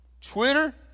Twitter